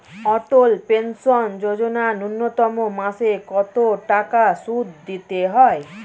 অটল pension যোজনা ন্যূনতম মাসে কত টাকা সুধ দিতে হয়?